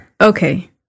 Okay